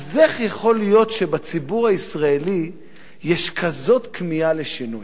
אז איך יכול להיות שבציבור הישראלי יש כזאת כמיהה לשינוי?